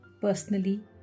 personally